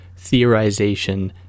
theorization